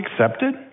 accepted